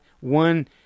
one